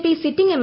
P sitting M